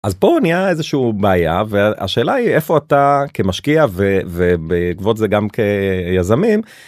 אז בוא נהיה איזה שהוא בעיה והשאלה היא איפה אתה כמשקיע ובעקבות זה גם כיזמים.